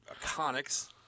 Iconics